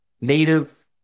native